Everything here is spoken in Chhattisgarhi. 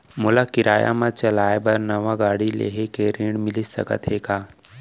मोला किराया मा चलाए बर नवा गाड़ी लेहे के ऋण मिलिस सकत हे का?